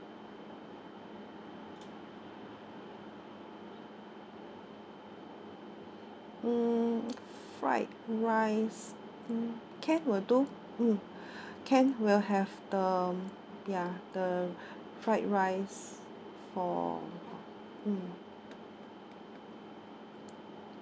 mm fried rice mm can will do mm can we'll have the ya the fried rice for mm